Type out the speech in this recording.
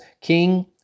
king